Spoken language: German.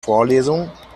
vorlesung